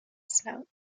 snout